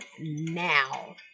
now